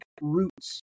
roots